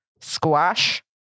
squash